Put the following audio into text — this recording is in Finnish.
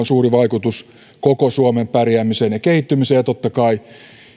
suuri vaikutus koko suomen pärjäämiseen ja kehittymiseen ja totta kai